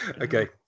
Okay